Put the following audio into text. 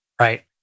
right